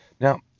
Now